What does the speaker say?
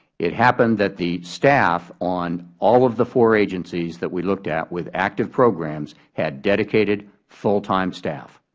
it happened that the staff on all of the four agencies that we looked at with active programs had dedicated full-time staff.